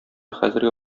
хәзерге